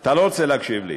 אתה לא רוצה להקשיב לי.